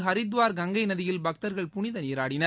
ஹரித்துவார் கங்கை நதியில் பக்தர்கள் புனித நீராடினர்